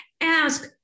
Ask